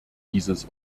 dieses